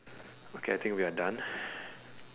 okay I think we are done